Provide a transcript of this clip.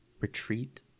retreat